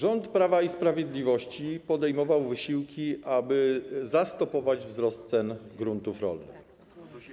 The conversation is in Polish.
Rząd Prawa i Sprawiedliwości podejmował wysiłki, aby zastopować wzrost cen gruntów rolnych.